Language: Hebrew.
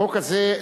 החוק הזה,